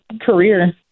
career